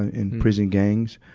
in prison gangs,